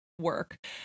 work